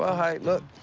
ah hey, look,